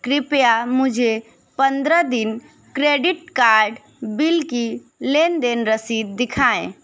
कृपया मुझे पंद्रह दिन क्रेडिट कार्ड बिल की लेन देन रसीद दिखाएँ